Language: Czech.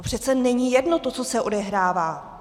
Přece není jedno to, co se odehrává.